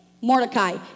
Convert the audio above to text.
Mordecai